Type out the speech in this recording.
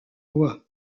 voie